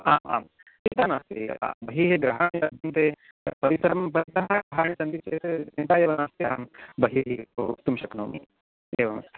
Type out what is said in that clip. आम् आं चिन्ता नास्ति यतः बहिः गृहाणि लभ्यन्ते तत् परिसरं परितः गृहाणि सन्ति चेत् चिन्ता एव नास्ति अहं बहिः वक्तुं शक्नोमि एवं